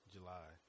July